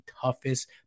toughest